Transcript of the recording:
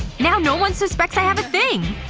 now no one suspects i have a thing!